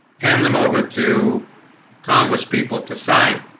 hand them over to congress people to sign